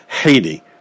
Haiti